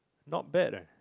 not bad ah